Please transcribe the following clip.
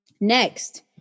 Next